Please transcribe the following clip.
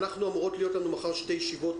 אמורות להיות לנו מחר שתי ישיבות,